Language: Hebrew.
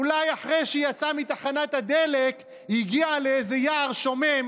אולי אחרי שהיא יצאה מתחנת הדלק היא הגיעה לאיזה יער שומם,